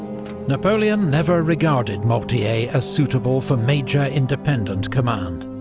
napoleon never regarded mortier as suitable for major, independent command,